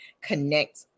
connect